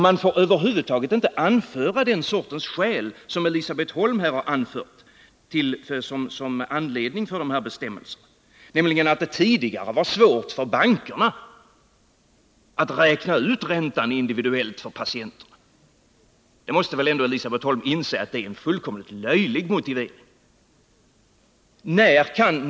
Man får över huvud taget inte anföra den sortens skäl som Elisabet Holm här har anfört som anledning till de här bestämmelserna, nämligen att det tidigare var svårt för bankerna att räkna ut räntan individuellt för patienterna. Det måste väl Elisabet Holm ändå inse är en fullkomligt löjlig motivering.